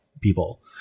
people